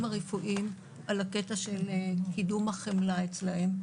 הרפואיים על הקטע של קידום החמלה אצלם.